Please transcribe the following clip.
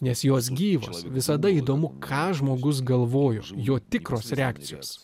nes jos gyvos visada įdomu ką žmogus galvojo jo tikros reakcijos